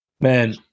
Man